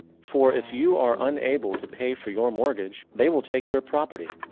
for, if you are unable to pay for your mortgage, they will take your property.